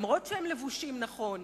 אף-על-פי שהם לבושים נכון,